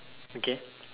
okay